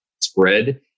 spread